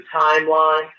timeline